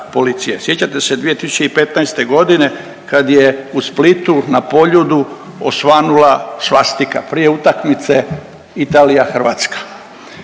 Sjećate se 2015. kad je u Splitu na Poljudu osvanula svastika prije utakmice Italija-Hrvatska?